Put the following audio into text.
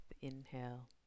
inhale